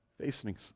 Facing